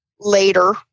later